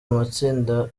amatsinda